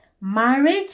marriage